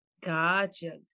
Gotcha